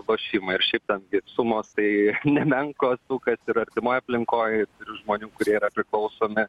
lošimai ir šiaip ten gi sumos tai nemenkos kas yra artimoj aplinkoj žmonių kurie yra priklausomi